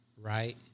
Right